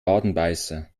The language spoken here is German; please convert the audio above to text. wadenbeißer